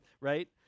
Right